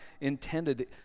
intended